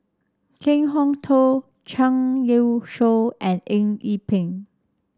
Kan Kwok Toh Zhang Youshuo and Eng Yee Peng